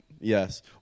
Yes